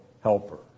helper